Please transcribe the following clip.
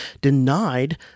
denied